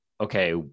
okay